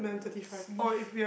just leave